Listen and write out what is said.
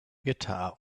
guitar